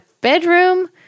bedroom